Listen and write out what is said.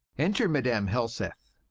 enter madam helseth